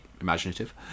imaginative